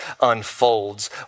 unfolds